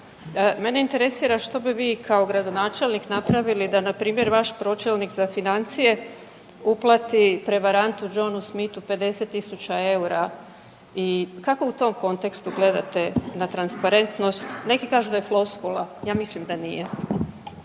Mene interesira što bi vi kao gradonačelnik napravili da, npr. vaš pročelnik za financije uplati prevarantu Johnu Smithu 50 tisuća eura i kako u tom kontekstu gledate na transparentnost, neki kažu da je floskula, ja mislim da nije.